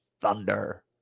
thunder